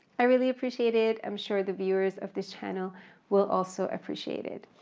i really appreciate it, i'm sure the viewers of this channel will also appreciate it.